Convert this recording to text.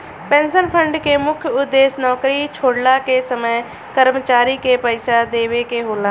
pension fund के मुख्य उद्देश्य नौकरी छोड़ला के समय कर्मचारी के पइसा देवेके होला